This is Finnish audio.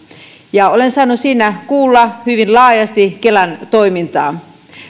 ja olen saanut siinä kuulla hyvin laajasti kelan toiminnasta